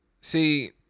see